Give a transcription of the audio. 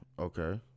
Okay